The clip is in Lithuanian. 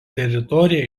teritorija